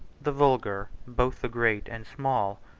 the vulgar, both the great and small,